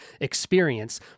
experience